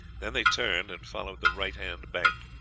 then they turned and followed the right hand bank.